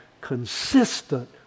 consistent